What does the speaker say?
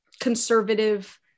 conservative